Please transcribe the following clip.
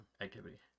activity